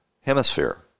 Hemisphere